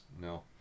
No